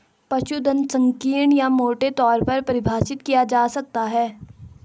पशुधन संकीर्ण या मोटे तौर पर परिभाषित किया जा सकता है